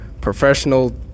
professional